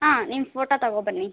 ಹಾಂ ನಿಮ್ಮ ಫೋಟೊ ತಗೋ ಬನ್ನಿ